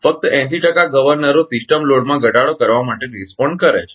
ફક્ત 80 ટકા ગવર્નરો સિસ્ટમ લોડમાં ઘટાડો કરવા માટે રિસ્પોન્ડ કરે છે